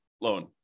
loan